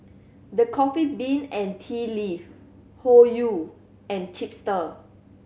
The Coffee Bean and Tea Leaf Hoyu and Chipster